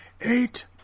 Eight